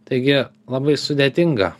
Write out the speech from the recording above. taigi labai sudėtinga